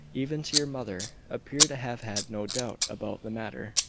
even to your mother, appear to have had no doubt about the matter.